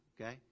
okay